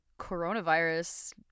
coronavirus